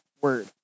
word